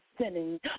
sinning